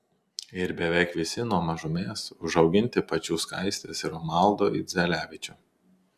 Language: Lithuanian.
ir beveik visi nuo mažumės užauginti pačių skaistės ir romaldo idzelevičių